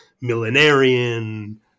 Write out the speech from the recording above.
millenarian